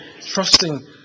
trusting